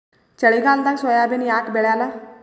ಚಳಿಗಾಲದಾಗ ಸೋಯಾಬಿನ ಯಾಕ ಬೆಳ್ಯಾಲ?